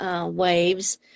waves